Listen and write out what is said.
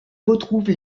retrouve